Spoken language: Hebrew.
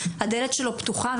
הדלת שלו פתוחה,